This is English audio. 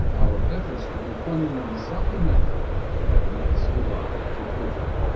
our efforts to be funny in the saki manner have not survived to prove it.